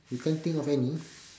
you can't think of any